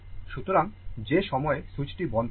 সুতরাং যে সময়ে সুইচটি বন্ধ থাকে